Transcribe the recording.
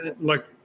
Look